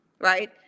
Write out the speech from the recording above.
right